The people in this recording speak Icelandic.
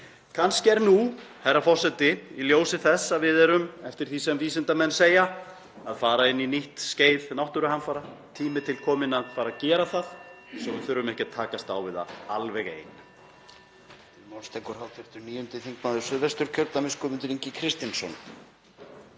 Kannski er nú, í ljósi þess að við erum, eftir því sem vísindamenn segja, að fara inn í nýtt skeið náttúruhamfara, tími til kominn að fara að gera það svo að við þurfum ekki að takast á við það alveg ein.